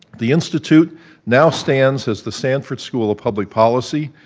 the institute now stands as the sanford school of public policy,